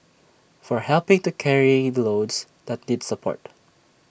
for helping to carrying loads that need support